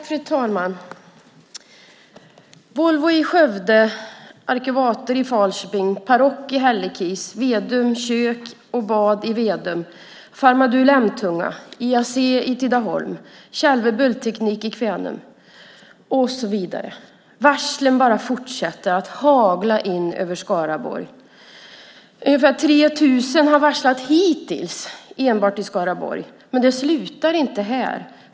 Fru talman! Volvo i Skövde, Arkivator i Falköping, Paroc i Hällekis, Vedum Kök & Bad i Vedum, Pharmadule i Emtunga, IAC i Tidaholm, Kellve Bulkteknik i Kvänum och så vidare - varslen bara fortsätter att hagla in över Skaraborg. Ungefär 3 000 har varslats hittills enbart i Skaraborg, men det slutar inte här.